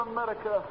America